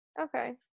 okay